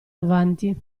avanti